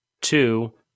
two